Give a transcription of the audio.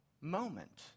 moment